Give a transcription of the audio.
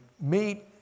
meet